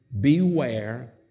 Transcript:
beware